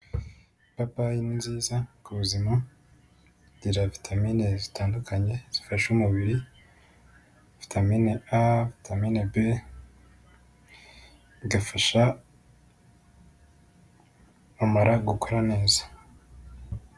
Ipapayi ni nziza ku buzima igira vitamine zitandukanye zifasha umubiri, vitamine a, vitamin b, bigafasha amara gukora neza.